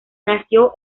nació